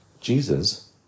Jesus